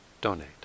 donate